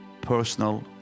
personal